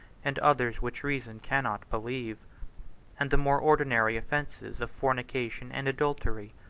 and others which reason cannot believe and the more ordinary offences of fornication and adultery,